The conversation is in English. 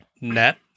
NET